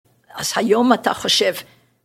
‫אז היום אתה חושב...